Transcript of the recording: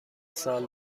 سال